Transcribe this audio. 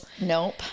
nope